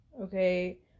okay